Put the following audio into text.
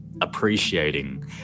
appreciating